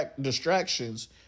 distractions